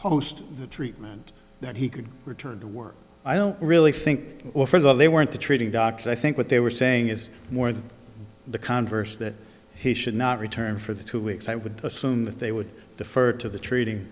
post the treatment that he could return to work i don't really think or for that they weren't the treating docs i think what they were saying is more than the converse that he should not return for the two weeks i would assume that they would defer to the treating